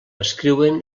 escriuen